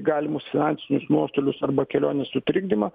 galimus finansinius nuostolius arba kelionės sutrikdymą